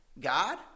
God